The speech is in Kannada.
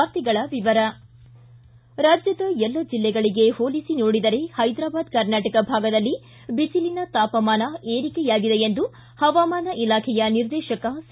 ವಾರ್ತೆಗಳ ವಿವರ ರಾಜ್ಯದ ಎಲ್ಲ ಜಿಲ್ಲೆಗಳಿಗೆ ಹೋಲಿಸಿ ನೋಡಿದರೆ ಹೈದರಾಬಾದ್ ಕರ್ನಾಟಕ ಭಾಗದಲ್ಲಿ ಬಿಸಿಲಿನ ತಾಪಮಾನ ಏರಿಕೆಯಾಗಿದೆ ಎಂದು ಹವಾಮಾನ ಇಲಾಖೆಯ ನಿರ್ದೇಶಕ ಸಿ